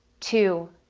two,